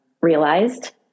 realized